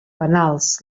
penals